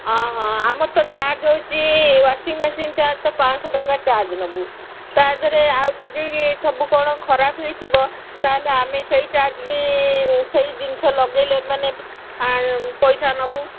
ଅ ହଁ ଆମର ତ ଚାର୍ଜ ହେଉଛି ୱାଶିଂ ମେସିନ୍ ଚାର୍ଜ ତ ପାଞ୍ଚଶହ ଟଙ୍କା ଚାର୍ଜ ନବୁ ତା ଦେହରେ ଆଉ ଯଦି ସବୁ କ'ଣ ଖରାପ ହେଇଥିବ ତା'ହେଲେ ଆମେ ସେଇ ଚାର୍ଜ ବି ସେଇ ଜିନିଷ ଲଗାଇଲେ ମାନେ ପଇସା ନବୁ